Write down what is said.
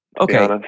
Okay